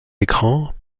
écrans